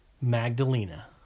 Magdalena